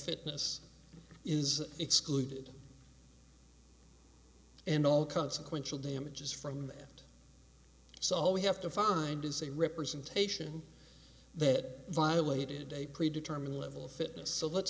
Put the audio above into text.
fitness is excluded and all consequential damages from that so all we have to find is a representation that violated a pre determined level of fitness so let's